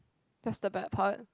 that's the bad part